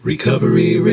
Recovery